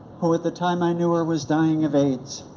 who at the time i knew her was dying of aids.